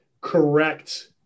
correct